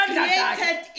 created